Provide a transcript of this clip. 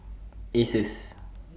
Asus